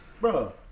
Bro